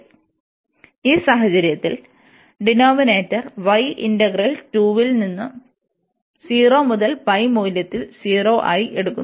അതിനാൽ ഈ സാഹചര്യത്തിൽ ഡിനോമിനേറ്റർ y ഇന്റഗ്രൽ 2 ൽ 0 മൂല്യം π മൂല്യത്തിൽ 0 ആയി എടുക്കുന്നു